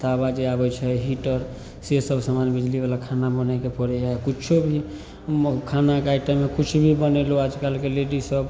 तावा जे आबै छै हीटर से सब समान बिजलीवला खाना बनबैके पड़ै हइ किछु भी खानाके आइटममे किछु भी बनेलहुँ आजकलके लेडीसभ